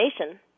nation